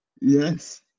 Yes